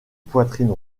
poitrine